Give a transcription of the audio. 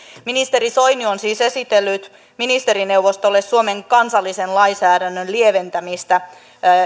ministeri soini on siis esitellyt ministerineuvostolle suomen kansallisen lainsäädännön lieventämistä